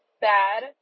Bad